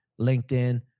LinkedIn